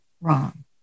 wrong